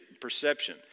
perception